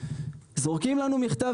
זורקים לנו מכתב?